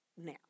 now